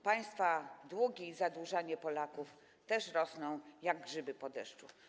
Państwa długi i zadłużanie Polaków też rosną jak grzyby po deszczu.